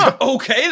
Okay